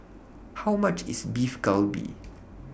How much IS Beef Galbi